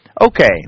okay